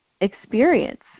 experience